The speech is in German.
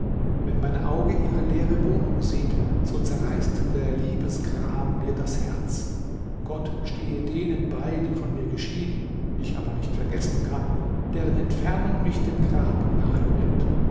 wenn mein auge ihre leere wohnung sieht so zerreißt der liebesgram mir das herz gott stehe denen bei die von mir geschieden ich aber nicht vergessen kann deren entfernung mich dem grab nahe bringt